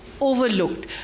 overlooked